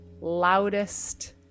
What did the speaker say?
loudest